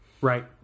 Right